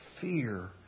fear